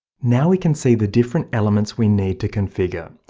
now we can see the different elements we need to configure.